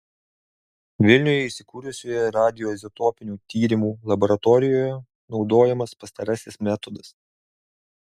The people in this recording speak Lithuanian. vilniuje įsikūrusioje radioizotopinių tyrimų laboratorijoje naudojamas pastarasis metodas